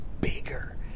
bigger